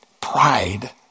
Pride